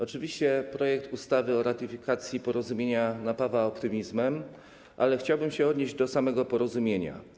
Oczywiście projekt ustawy o ratyfikacji porozumienia napawa optymizmem, ale chciałbym się odnieść do samego porozumienia.